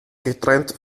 getrennt